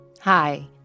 Hi